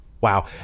wow